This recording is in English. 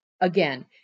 Again